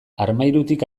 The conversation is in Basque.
armairutik